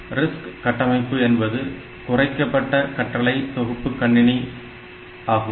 RISC கட்டமைப்பு என்பது குறைக்கப்பட்ட கட்டளை தொகுப்பு கணினி ஆகும்